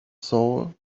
soul